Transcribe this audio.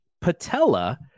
Patella